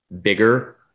bigger